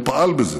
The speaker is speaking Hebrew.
הוא פעל בזה,